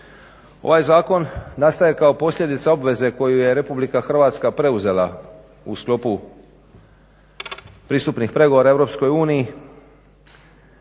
Ovaj zakon nastaje kao posljedica obveze koju je RH preuzela u sklopu pristupnih pregovora EU